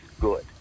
good